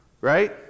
Right